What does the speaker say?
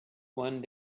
one